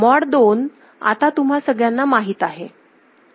mod 2 आता तुम्हा सगळ्यांना माहीत आहे